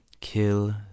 Kill